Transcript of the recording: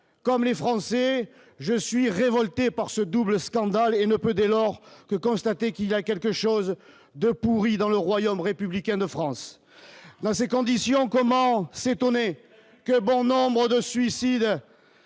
comme les Français, je suis révolté par ce double scandale et ne peut dès lors que constater qu'il y a quelque chose de pourri dans le royaume républicain de France dans ces camps, disions, comment s'étonner que bon nombre de suicides